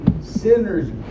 sinners